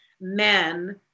men